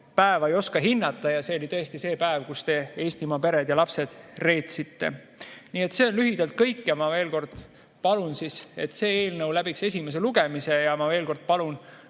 päeva ei oska hinnata – see oli tõesti see päev, kui te Eestimaa pered ja lapsed reetsite. See on lühidalt kõik. Ma veel kord palun, et see eelnõu läbiks esimese lugemise. Ja ma veel kord palun